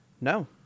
No